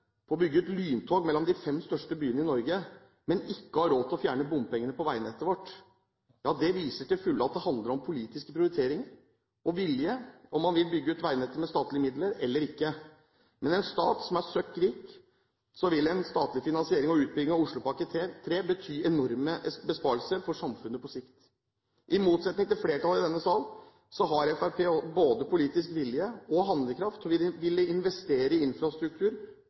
på å bygge ut lyntog mellom de fem største byene i Norge, men ikke har råd til å fjerne bompengene på veinettet vårt. Det viser til fulle at det handler om politiske prioriteringer og vilje, om man vil bygge ut veinettet med statlige midler eller ikke. Med en stat som er søkkrik, vil en statlig finansiering og utbyggingen av Oslopakke 3 bety enorme besparelser for samfunnet på sikt. I motsetning til flertallet i denne salen har Fremskrittspartiet både politisk vilje og handlekraft til å ville investere i infrastruktur